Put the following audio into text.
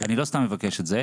אני לא סתם מבקש את זה,